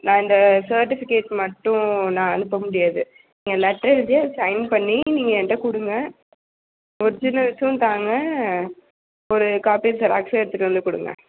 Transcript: நான் இந்த சேர்டிஃபிகேட்ஸ் மட்டும் நான் அனுப்ப முடியாது நீங்கள் லெட்டெரெழுதி அதுக் சைன் பண்ணி நீங்கள் என்கிட்ட கொடுங்க ஒர்ஜினல்ஸும் தாங்க ஒரு காப்பி ஜெராக்ஸும் எடுத்துகிட்டு வந்து கொடுங்க